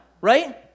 right